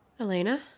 Elena